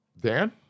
Dan